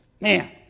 man